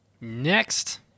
Next